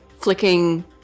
flicking